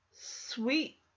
Sweet